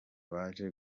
baje